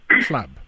club